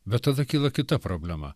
bet tada kyla kita problema